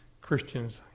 Christians